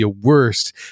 worst